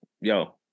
yo